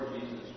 Jesus